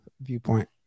viewpoint